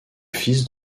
fils